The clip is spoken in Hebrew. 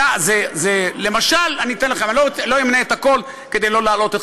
לא אמנה את הכול כדי לא להלאות.